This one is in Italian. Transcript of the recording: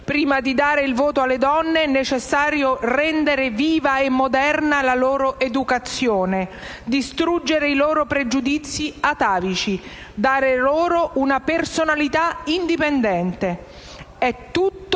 Prima di dare il voto alle donne è necessario rendere viva e moderna la loro educazione, distruggere i loro pregiudizi atavici, dare loro una personalità indipendente. È tutto